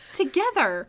together